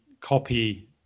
copy